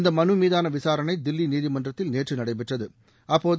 இந்த மனு மீதான விசாரணை தில்லி நீதிமன் றத்தில் நேற்று நடைபெற்றது